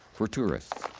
for tourists.